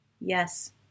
yes